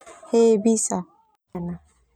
He bisa.